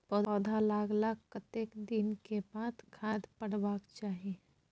पौधा लागलाक कतेक दिन के बाद खाद परबाक चाही?